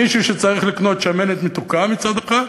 מישהו שצריך לקנות שמנת מתוקה, מצד אחד,